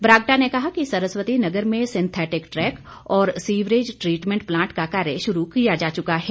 बरागटा ने कहा कि सरस्वती नगर में सिंथैटिक ट्रैक और सीवरेज ट्रीटमेंट प्लांट का कार्य शुरू किया जा चुका है